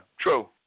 True